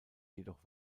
jedoch